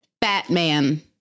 Batman